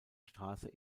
straße